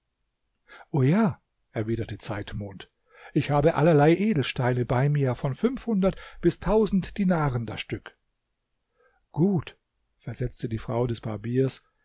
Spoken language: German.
o ja erwiderte zeitmond ich habe allerlei edelsteine bei mir von fünfhundert bis tausend dinaren das stück gut versetzte die frau des barbiers